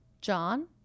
John